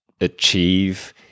achieve